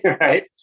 Right